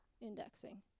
indexing